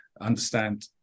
understand